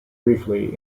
briefly